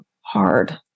hard